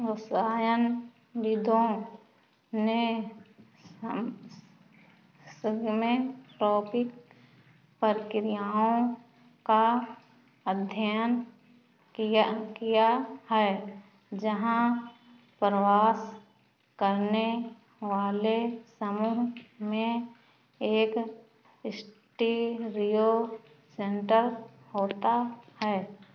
रसायन विदों ने सिग्मे ट्रोपिक प्रक्रियाओं का अध्ययन किया किया है जहाँ प्रवास करने वाले समूह में एक स्टीरियो सेंटर होता है